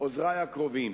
עוזרי הקרובים,